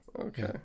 Okay